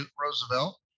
Roosevelt